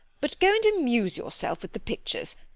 but go and amuse yourself with the pictures,